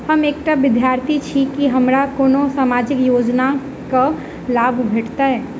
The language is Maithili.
हम एकटा विद्यार्थी छी, की हमरा कोनो सामाजिक योजनाक लाभ भेटतय?